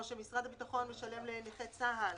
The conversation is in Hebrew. או שמשרד הביטחון משלם לנכה צה"ל,